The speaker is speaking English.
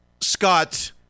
Scott